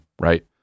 right